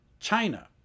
China